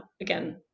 again